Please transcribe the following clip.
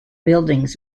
buildings